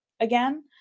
again